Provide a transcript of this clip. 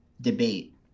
debate